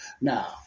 now